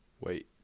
Wait